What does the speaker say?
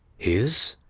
his.